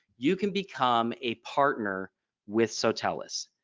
you can become a partner with. sotellus.